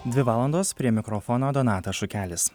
dvi valandos prie mikrofono donatas šukelis